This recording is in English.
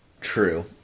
True